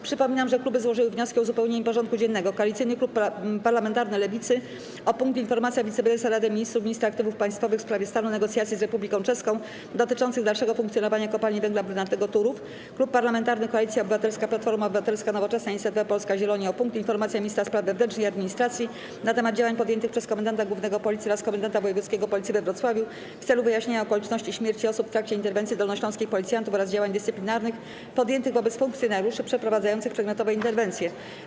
Przypominam, że kluby złożyły wnioski o uzupełnienie porządku dziennego: - Koalicyjny Klub Parlamentarny Lewicy - o punkt: Informacja Wiceprezesa Rady Ministrów, Ministra Aktywów Państwowych w sprawie stanu negocjacji z Republiką Czeską dotyczących dalszego funkcjonowania Kopalni Węgla Brunatnego Turów, - Klub Parlamentarny Koalicja Obywatelska - Platforma Obywatelska, Nowoczesna, Inicjatywa Polska, Zieloni - o punkt: Informacja Ministra Spraw Wewnętrznych i Administracji na temat działań podjętych przez Komendanta Głównego Policji oraz Komendanta Wojewódzkiego Policji we Wrocławiu w celu wyjaśnienia okoliczności śmierci osób w trakcie interwencji dolnośląskich policjantów oraz działań dyscyplinarnych podjętych wobec funkcjonariuszy przeprowadzających przedmiotowe interwencje.